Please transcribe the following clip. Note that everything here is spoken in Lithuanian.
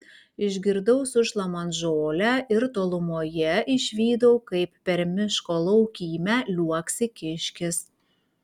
išgirdau sušlamant žolę ir tolumoje išvydau kaip per miško laukymę liuoksi kiškis